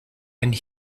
and